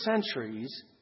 centuries